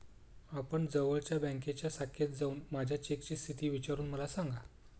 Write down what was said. आपण जवळच्या बँकेच्या शाखेत जाऊन माझ्या चेकची स्थिती विचारून मला सांगा